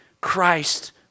christ